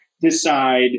decide